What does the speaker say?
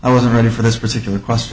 i wasn't ready for this particular question